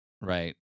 right